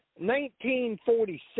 1947